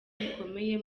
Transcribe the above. rikomeye